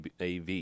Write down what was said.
AV